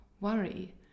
worry